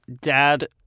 dad